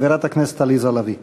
חברת הכנסת עליזה לביא.